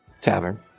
tavern